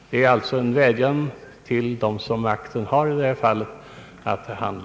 Jag riktar alltså en vädjan till dem som har makten i detta fall.